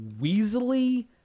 weaselly